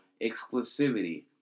exclusivity